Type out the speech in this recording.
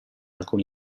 alcuni